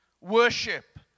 worship